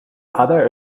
other